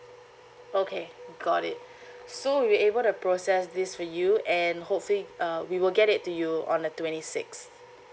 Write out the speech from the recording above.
okay got it so we're able to process this for you and hopefully uh we will get it to you on the twenty sixth